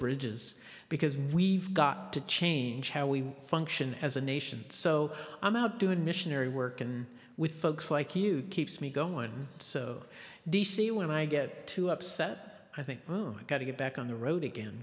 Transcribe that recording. bridges because we've got to change how we function as a nation so i'm out doing missionary work in with folks like you keeps me going so d c when i get too upset i think own got to get back on the road again